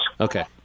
Okay